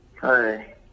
Hi